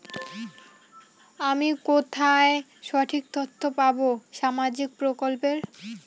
আমি কোথায় সঠিক তথ্য পাবো সামাজিক প্রকল্পের?